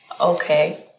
Okay